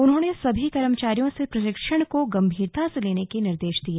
उन्होंने सभी कर्मचारियों से प्रशिक्षण को गंभीरता से लेने के निर्देश दिए